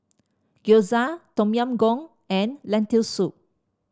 Gyoza Tom Yam Goong and Lentil Soup